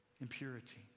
impurity